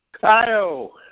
Kyle